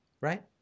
right